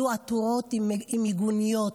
יהיו עטורות במיגוניות.